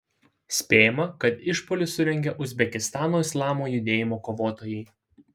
spėjama kad išpuolį surengė uzbekistano islamo judėjimo kovotojai